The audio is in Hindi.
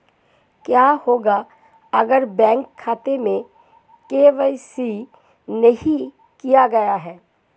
क्या होगा अगर बैंक खाते में के.वाई.सी नहीं किया गया है?